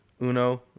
Uno